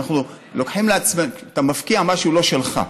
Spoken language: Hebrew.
אתה מפקיע משהו לא שלך,